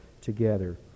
together